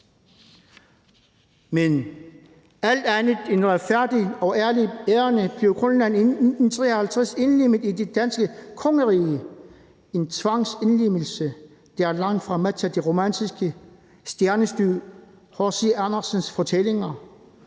et alt andet end retfærdigt og ærligt ærinde blev Grønland i 1953 indlemmet i det danske kongerige – en tvangsindlemmelse, der langtfra matcher det romantiske stjernestøv i H.C. Andersens fortællinger.